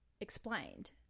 explained